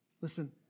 listen